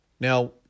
Now